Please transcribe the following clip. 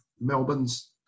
Melbourne's